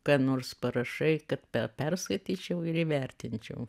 ką nors parašai kad perskaityčiau ir įvertinčiau